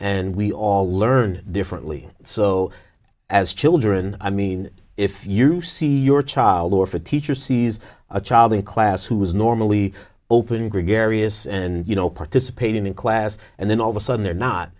and we all learn differently so as children i mean if you see your child or for a teacher sees a child in class who is normally open gregarious and you know participating in class and then all of a sudden they're not